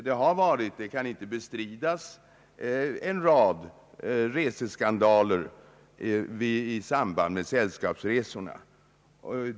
Det har varit, det kan inte bestridas, en rad reseskandaler i samband med sällskapsresor.